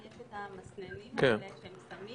קמפיין טלוויזיה שעולה שלושה מיליון שקל